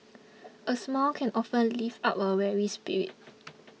a smile can often lift up a weary spirit